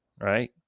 right